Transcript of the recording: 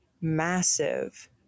massive